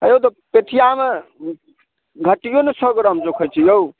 हइयौ तऽ पेठिआमे घटियो ने सए ग्राम जोखैत छै यौ